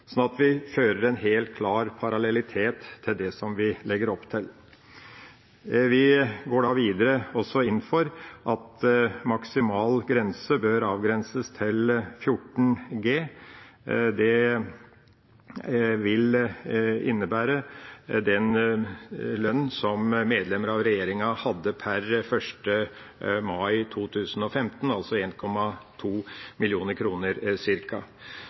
sånn at vi fører en helt klar parallellitet i det som vi legger opp til. Vi går videre inn for at maksimal grense bør avgrenses til 14 G. Det vil innebære den lønn som medlemmer av regjeringa hadde per 1. mai 2015, altså